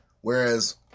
whereas